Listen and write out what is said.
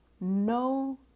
no